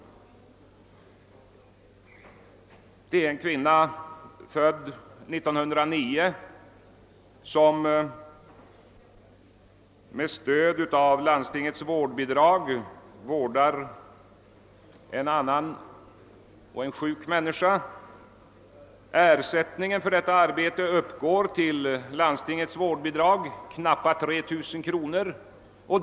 Det rör sig om en kvinna som är född 1909 och som med stöd av landstingets vårdbidrag vårdar en annan, sjuk människa. Ersättningen för detta arbete uppgår till knappt 3 000 kronor som är landstingets vårdbidrag.